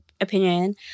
opinion